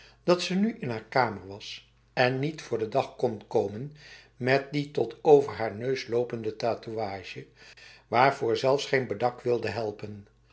dat ze nu in haar kamer was en niet voor den dag kon komen met die tot over haar neus lopende tatoeage waarvoor zelfs geen bedak wilde helpen